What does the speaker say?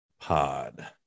Pod